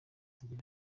agira